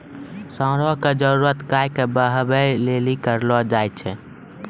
साँड़ा के जरुरत गाय के बहबै लेली करलो जाय छै